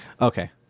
Okay